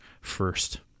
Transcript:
first